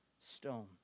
stone